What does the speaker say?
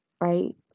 right